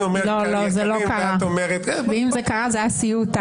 זה לא קרה, ואם זה קרה, זה היה סיוט.